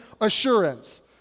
assurance